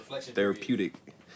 therapeutic